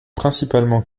principalement